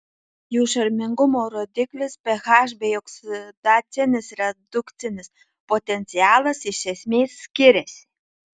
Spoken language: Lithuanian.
jų šarmingumo rodiklis ph bei oksidacinis redukcinis potencialas iš esmės skiriasi